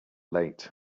late